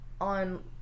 on